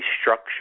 structure